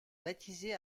baptisé